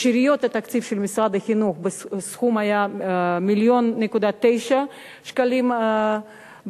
משאריות התקציב של משרד החינוך הסכום היה 1.9 מיליון שקלים בשנה,